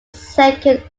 second